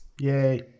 Yay